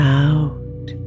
out